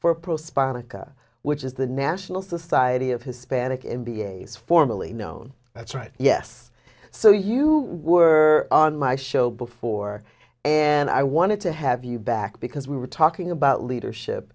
spawning which is the national society of hispanic m b a s formally known that's right yes so you were on my show before and i wanted to have you back because we were talking about leadership